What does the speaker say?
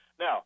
Now